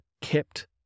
kept